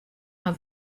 har